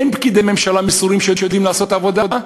אין פקידי ממשלה מסורים שיודעים לעשות את העבודה,